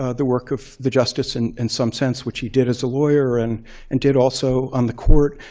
ah the work of the justice, and in some sense, which he did as a lawyer, and and did also on the court.